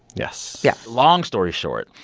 yes yeah long story short,